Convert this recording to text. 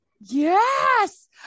Yes